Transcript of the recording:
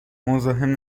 مزاحم